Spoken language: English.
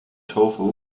tofu